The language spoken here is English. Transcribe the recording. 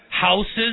houses